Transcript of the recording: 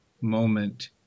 moment